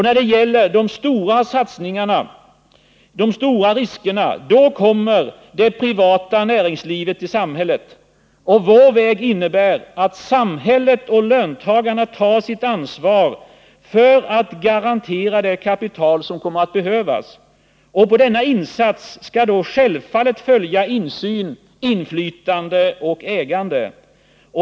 När det gäller de stora satsningarna, de stora riskerna — då kommer det privata näringslivet till samhället. Vår väg innebär att samhället och löntagarna tar sitt ansvar för att garantera det kapital som kommer att behövas. Och på denna insats skall då självfallet följa insyn, inflytande och ägande.